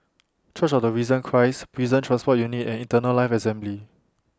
Church of The Risen Christ Prison Transport Unit and Eternal Life Assembly